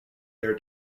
their